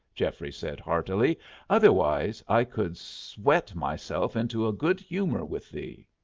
geoffrey said, heartily otherwise i could sweat myself into a good-humour with thee.